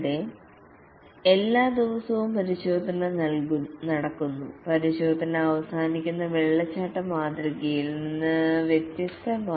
ഇവിടെ എല്ലാ ദിവസവും പരിശോധന നടക്കുന്നു പരിശോധന അവസാനിക്കുന്ന വെള്ളച്ചാട്ട മാതൃകയിൽ നിന്ന് വ്യത്യസ്തമായി